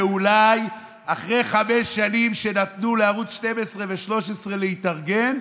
אולי אחרי חמש שנים שנתנו לערוץ 12 ו-13 להתארגן,